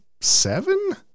seven